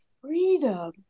freedom